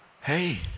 Hey